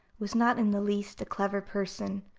was not in the least a clever person.